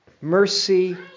mercy